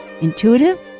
Intuitive